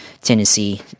Tennessee